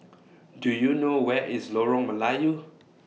Do YOU know Where IS Lorong Melayu